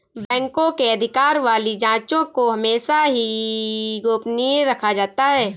बैंकों के अधिकार वाली जांचों को हमेशा ही गोपनीय रखा जाता है